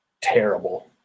terrible